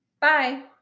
bye